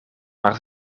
maar